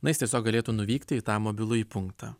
na jis tiesiog galėtų nuvykti į tą mobilųjį punktą